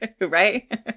right